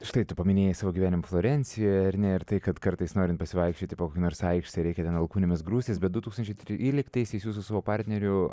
štai tu paminėjai savo gyvenimą florencijoje ar ne ir tai kad kartais norint pasivaikščioti po kokią nors aikštę reikia ten alkūnėmis grūstis bet du tūkstančiai tryliktaisiais jūs su savo partneriu